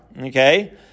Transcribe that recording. okay